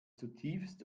zutiefst